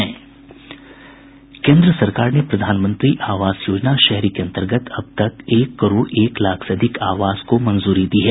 केन्द्र सरकार ने प्रधानमंत्री आवास योजना शहरी के अंतर्गत अब तक एक करोड़ एक लाख से अधिक आवास को मंजूरी दी है